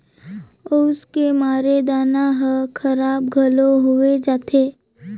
अउस के मारे दाना हर खराब घलो होवे जाथे